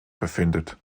befindet